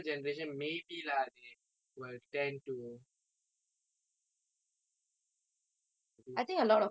don't know maybe